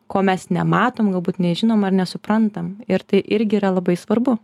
ko mes nematom galbūt nežinom ar nesuprantam ir tai irgi yra labai svarbu